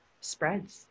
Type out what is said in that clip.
spreads